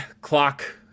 clock